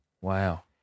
Wow